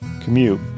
commute